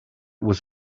was